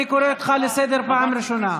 אני קורא אותך לסדר בפעם הראשונה.